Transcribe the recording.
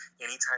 anytime